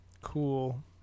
Cool